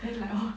then like orh